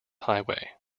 highway